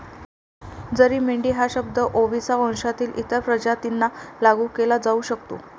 जरी मेंढी हा शब्द ओविसा वंशातील इतर प्रजातींना लागू केला जाऊ शकतो